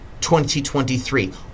2023